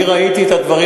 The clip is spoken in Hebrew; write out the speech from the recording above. אני ראיתי את הדברים,